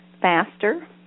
faster